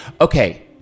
okay